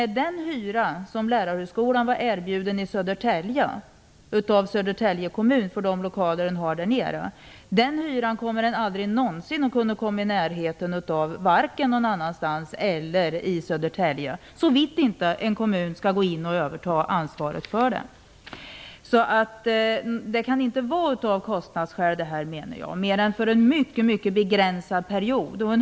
Den hyra som Lärarhögskolan erbjöds av Södertälje kommun för lokalerna där nere kommer man aldrig någonsin att kunna komma i närheten av vare sig i Södertälje eller någon annanstans, så vitt inte en kommun skall gå in och överta ansvaret. Det kan alltså inte handla om kostnadsskäl, menar jag. Detta gäller ju bara för en mycket begränsad period.